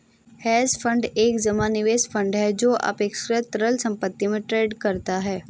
hedge fund एक जमा निवेश फंड है जो अपेक्षाकृत तरल संपत्ति में ट्रेड करता है